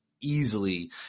easily